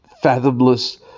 fathomless